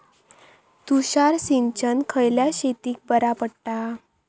तुषार सिंचन खयल्या शेतीक बरा पडता?